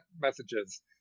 messages